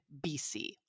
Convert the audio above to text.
BC